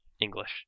English